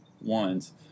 ones